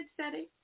setting